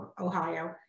Ohio